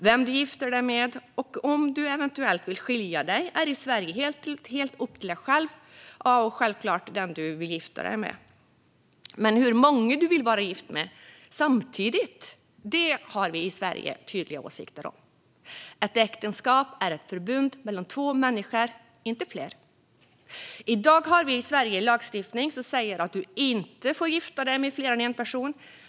Vem du gifter dig med och om du eventuellt vill skilja dig är i Sverige helt upp till dig själv och självklart den du gifter dig med. Men hur många du vill vara gift med samtidigt har vi i Sverige tydliga åsikter om. Ett äktenskap är ett förbund mellan två människor, inte fler. I dag har vi i Sverige en lagstiftning som säger att du inte får gifta dig med fler än en person.